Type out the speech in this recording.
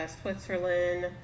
Switzerland